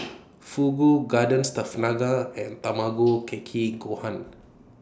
Fugu Garden Stuff Naga and Tamago Kake Gohan